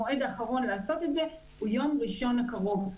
המועד האחרון לעשות את זה הוא יום ראשון הקרוב.